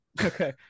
okay